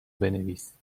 بنویس